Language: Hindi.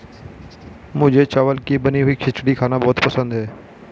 मुझे चावल की बनी हुई खिचड़ी खाना बहुत पसंद है